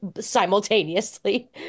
simultaneously